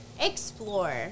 Explore